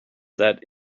that